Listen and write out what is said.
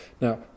Now